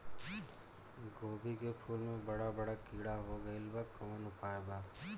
गोभी के फूल मे बड़ा बड़ा कीड़ा हो गइलबा कवन उपाय बा?